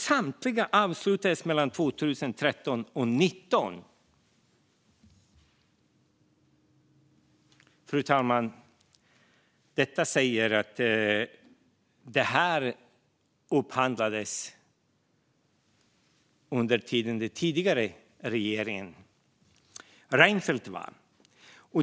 Samtliga avslutades mellan 2013 och 2019. Fru talman! Detta upphandlades alltså under den tidigare regeringen Reinfeldt.